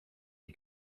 die